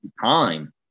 Time